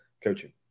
coaching